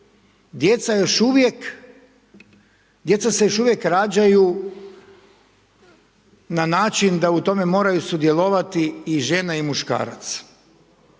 djeca se još uvijek rađaju na način da u tome moraju sudjelovati i žena i muškarac.